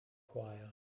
choir